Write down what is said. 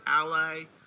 ally